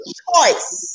choice